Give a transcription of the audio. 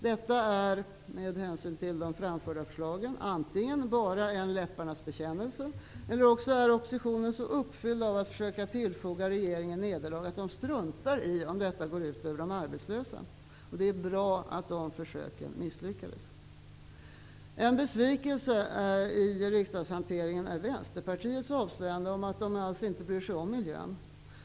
Detta är, med hänsyn till de framförda förslagen, antingen bara en läpparnas bekännelse, eller också är oppositionen så uppfylld av att försöka tillfoga regeringen nederlag att den struntar i om detta går ut över de arbetslösa. Det är bra att dessa försök misslyckats. En besvikelse i riksdagshanteringen är Vänsterpartiets avslöjande att de inte alls bryr sig om miljön.